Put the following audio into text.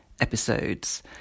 episodes